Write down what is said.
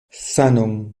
sanon